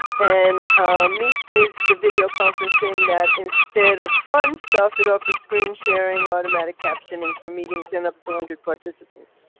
and meet is the video conferencing that instead of fun stuff, and offers screen sharing, automatic captioning for meetings and up to one hundred participants.